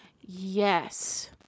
Yes